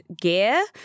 gear